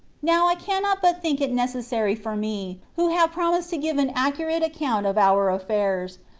now i cannot but think it necessary for me, who have promised to give an accurate account of our affairs,